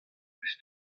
blij